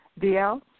DL